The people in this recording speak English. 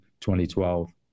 2012